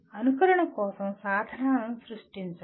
అనుకరణ కోసం సాధనాలను సృష్టించండి